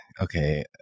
okay